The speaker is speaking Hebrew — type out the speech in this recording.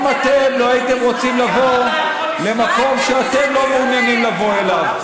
וגם אתם לא הייתם רוצים לבוא למקום שאתם לא מעוניינים לבוא אליו.